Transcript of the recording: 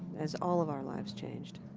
as all of our lives changed.